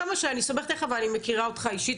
כמה שאני סומכת עליך ואני מכירה אותך אישית,